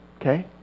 okay